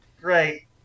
great